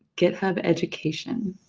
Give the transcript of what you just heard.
github education.